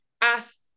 ask